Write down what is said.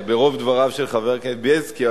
ברוב דבריו של חבר הכנסת בילסקי.